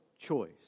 choice